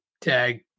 tag